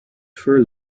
fur